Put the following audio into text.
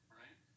right